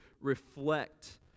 reflect